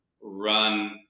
run